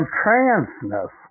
transness